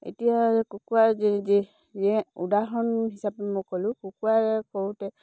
এতিয়া কুকুৰা যে উদাহৰণ হিচাপে মই ক'লোঁ কুকুৰা কৰোঁতে